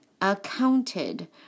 accounted